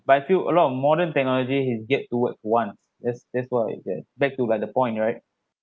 but I feel a lot of modern technology it get towards wants that's that's what I get back to like the point right